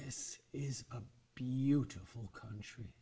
this is a beautiful country